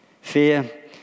Fear